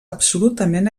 absolutament